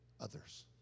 others